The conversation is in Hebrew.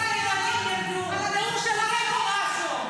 אני מעדיף ללקק ל-130,000 חברי מפלגה מאשר לבן אדם אחד כל יום.